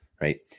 Right